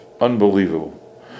Unbelievable